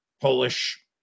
Polish